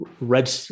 red